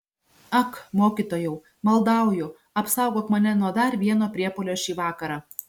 ak mokytojau maldauju apsaugok mane nuo dar vieno priepuolio šį vakarą